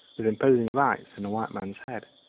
with imposing rites, in the white man's head.